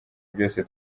byose